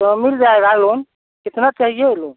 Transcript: तो मिल जाएगा लोन कितना चाहिए लोन